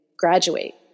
graduate